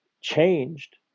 changed